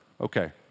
Okay